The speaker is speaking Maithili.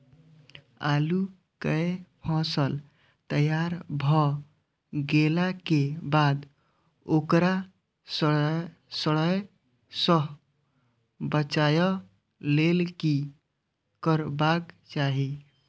आलू केय फसल तैयार भ गेला के बाद ओकरा सड़य सं बचावय लेल की करबाक चाहि?